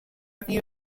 few